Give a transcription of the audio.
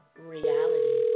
reality